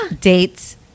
Dates